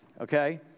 okay